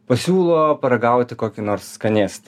pasiūlo paragauti kokį nors skanėstą